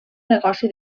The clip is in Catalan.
negoci